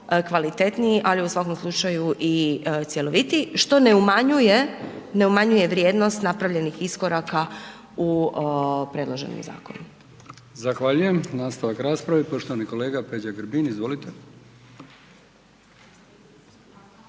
kvalitetniji, ali u svakom slučaju i cjeloviti što ne umanjuje vrijednost napravljenih iskoraka u predloženom zakonu. **Brkić, Milijan (HDZ)** Zahvaljujem. Nastavak rasprave poštovani kolega Peđa Grbin. Izvolite.